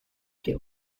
der